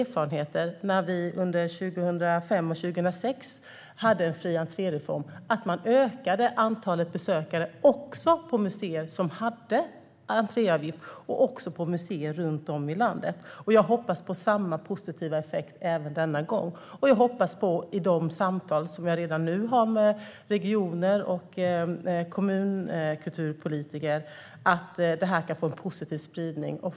Erfarenheten från fri entré-reformen 2005-2006 var att antalet besökare ökade även på museer med entréavgift och på museer runt om i landet. Jag hoppas på samma positiva effekt även denna gång. Jag har redan nu samtal med regioner och kommuner om kulturpolitik och hoppas att det kan få en positiv spridning.